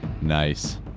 Nice